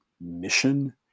mission